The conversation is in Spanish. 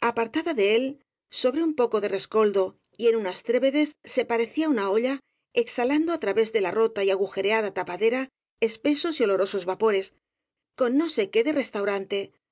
apartada de él sobre un poco de rescoldo y en unas trébedes se parecía una olla exhalando á tra vés de la rota y agujereada tapadera espesos y olo rosos vapores con no sé qué de restaurante